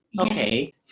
Okay